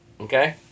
Okay